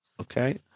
Okay